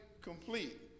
complete